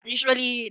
Usually